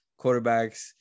quarterbacks